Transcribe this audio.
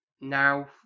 now